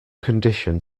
condition